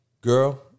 Girl